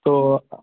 তো